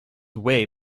way